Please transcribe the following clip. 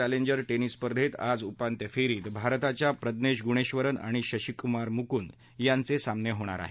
challenger tennis स्पर्धेत आज उपांत्य फेरीत भारताच्या प्रजनेश गुणेक्षरन आणि शशीकुमार मुकुंद यांचे सामने होणार आहेत